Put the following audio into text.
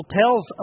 tells